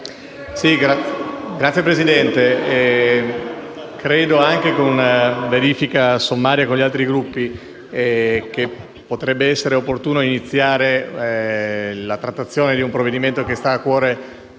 Signora Presidente, anche dopo una verifica sommaria con gli altri Gruppi, credo che potrebbe essere opportuno iniziare la trattazione di un provvedimento che sta a cuore